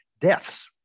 deaths